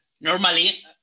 Normally